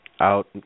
out